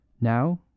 Now